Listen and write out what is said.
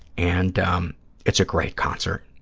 and um it's a great concert.